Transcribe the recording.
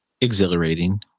Exhilarating